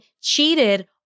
cheated